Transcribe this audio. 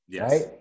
right